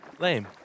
Lame